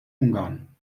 ungarn